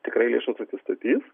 tikrai lėšos atsistatys